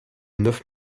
neuf